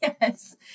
Yes